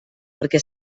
perquè